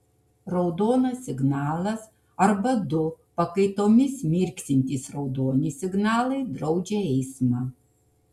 raudonas signalas arba du pakaitomis mirksintys raudoni signalai draudžia eismą